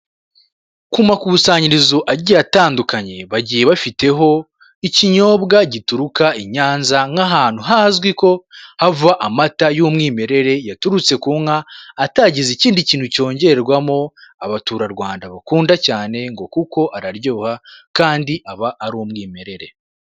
Ku makusanyirizo agiye atandukanye bagiye bafiteho ikinyobwa gituruka Inyanza nk'ahantu hazwi ko hava amata y'umwimerere yaturutse ku inka atagize ikindi kintu cyongerwamo, abaturarwanda bakunda cyane ngo kuko araryoha kandi aba ari umwimerere.